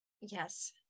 Yes